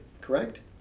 correct